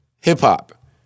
hip-hop